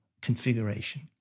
configuration